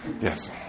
Yes